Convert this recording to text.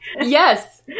Yes